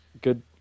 good